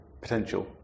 potential